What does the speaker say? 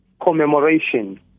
Commemoration